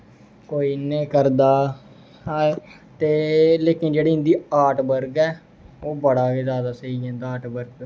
कोई इ'यां करदा ते लेकिन जेह्ड़ी इं'दी आर्ट वर्ग ऐ ओह् बड़ा गै जेह्ड़ा स्हेई ऐ इं'दा आर्ट वर्ग